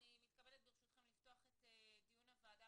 אני מתכבדת ברשותכם לפתוח את דיון הוועדה